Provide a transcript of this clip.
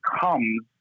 comes